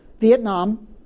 Vietnam